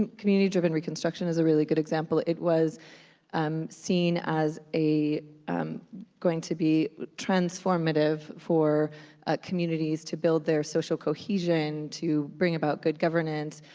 community driven reconstruction is a really good example. it was um seen as um going to be transformative for communities to build their social cohesion, to bring about good governance.